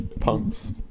Punks